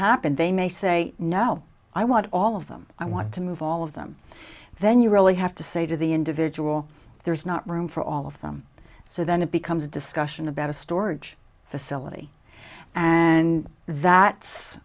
happen they may say no i want all of them i want to move all of them then you really have to say to the individual there's not room for all of them so then it becomes a discussion about a storage facility and that